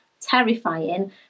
terrifying